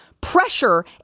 pressure